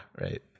right